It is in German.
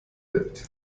welt